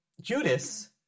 Judas